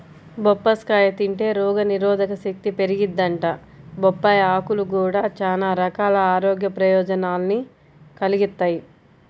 బొప్పాస్కాయ తింటే రోగనిరోధకశక్తి పెరిగిద్దంట, బొప్పాయ్ ఆకులు గూడా చానా రకాల ఆరోగ్య ప్రయోజనాల్ని కలిగిత్తయ్